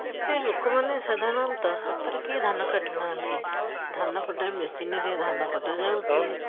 ଏବେ ଲୋକମାନେ ସାଧାରଣତଃ ହାତରେ କେହି ଧାନ କାଟୁନାହାନ୍ତି ଧାନକଟା ମେସିନ୍ରେ ଧାନ କଟାଯାଉଛି